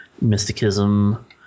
mysticism